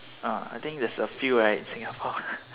uh I think there's a few right in Singapore